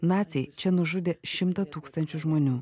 naciai čia nužudė šimtą tūkstančių žmonių